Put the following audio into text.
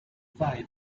five